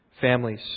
families